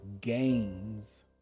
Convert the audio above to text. gains